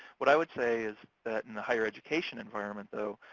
what i would say is that in the higher education environment, though,